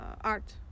art